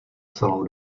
celou